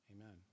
amen